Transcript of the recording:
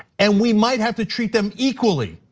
and we might have to treat them equally.